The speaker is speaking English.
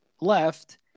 left